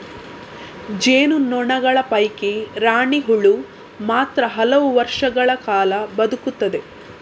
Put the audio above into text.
ಜೇನು ನೊಣಗಳ ಪೈಕಿ ರಾಣಿ ಹುಳು ಮಾತ್ರ ಹಲವು ವರ್ಷಗಳ ಕಾಲ ಬದುಕುತ್ತದೆ